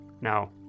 Now